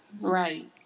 right